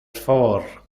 favor